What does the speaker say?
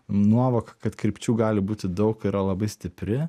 nuovoka kad krypčių gali būti daug yra labai stipri